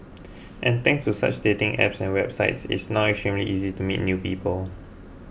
and thanks to such dating apps and websites it's now extremely easy to meet new people